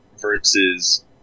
Versus